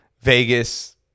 vegas